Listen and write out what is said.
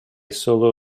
solo